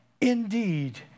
indeed